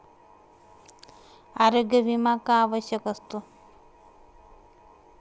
आरोग्य विमा का आवश्यक असतो?